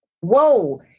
whoa